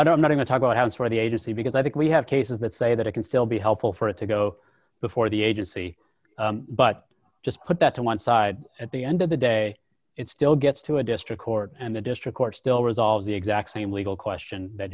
i don't know to talk about how it's for the agency because i think we have cases that say that it can still be helpful for it to go before the agency but just put that to one side at the end of the day it still gets to a district court and the district court still resolves the exact same legal question that